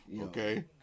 okay